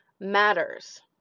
matters